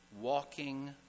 walking